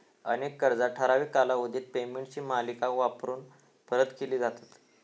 अनेक कर्जा ठराविक कालावधीत पेमेंटची मालिका वापरून परत केली जातत